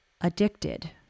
addicted